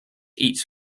eat